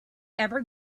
ever